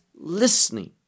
listening